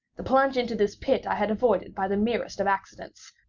the plunge into this pit i had avoided by the merest of accidents,